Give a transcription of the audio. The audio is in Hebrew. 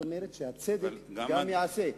שהצדק ייעשה.